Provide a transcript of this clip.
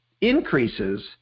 increases